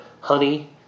honey